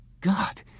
God